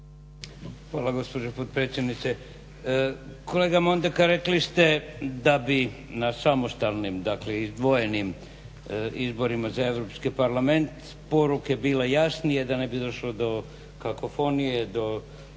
Hvala gospođo potpredsjednice. Kolega Mondekar rekli ste da bi na samostalnim, dakle izdvojenim, izborima za Europski parlament poruke bile jasnije, da ne bi došlo do kakofonije, do